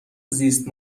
زیست